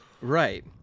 Right